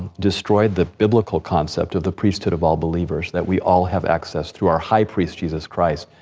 destroyed the biblical concept of the priesthood of all believers, that we all have access through our high priest, jesus christ,